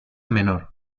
menor